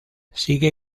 sigue